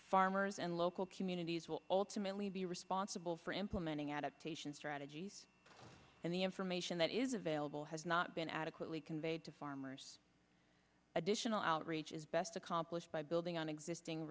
farmers and local communities will ultimately be responsible for implementing adaptation strategies and the information that is available has not been adequately conveyed to farmers additional outreach is best accomplished by building on existing